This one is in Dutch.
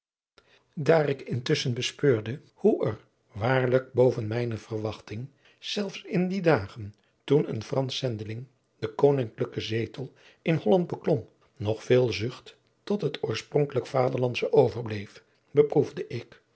daar ik intusschen bespeurde hoe er waarlijk boven mijne verwachting zelfs in die dagen toen een fransch zendeling den koninklijken zetel in holland beklom nog veel zucht tot het oorspronkelijk vaderlandsche overbleef beproefde ik